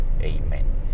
Amen